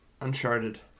Uncharted